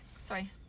Sorry